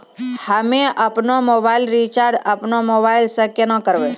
हम्मे आपनौ mobile recharge आपनौ मोबाइल से केना करवै?